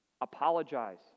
Apologize